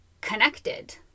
connected